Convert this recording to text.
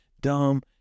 dumb